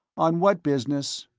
on what business?